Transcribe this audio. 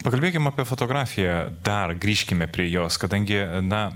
pakalbėkim apie fotografiją dar grįžkime prie jos kadangi na